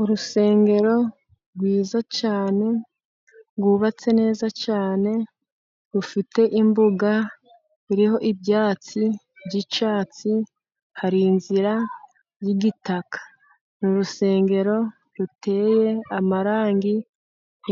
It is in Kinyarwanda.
Urusengero rwiza cyane rwubatse neza cyane, rufite imbuga iriho ibyatsi by'icyatsi hari inzira y'gitaka. Mu rusengero ruteye amarangi